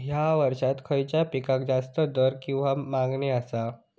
हया वर्सात खइच्या पिकाक जास्त दर किंवा मागणी आसा?